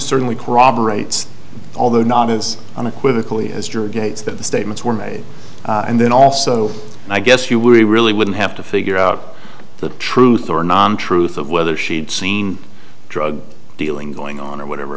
certainly corroborates although not as unequivocal as gates that the statements were made and then also i guess you we really wouldn't have to figure out the truth or non truth of whether she'd seen drug dealing going on or whatever